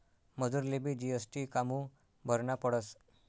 मजुरलेबी जी.एस.टी कामु भरना पडस?